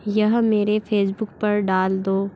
यह मेरे फेसबुक पर डाल दो